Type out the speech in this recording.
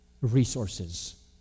resources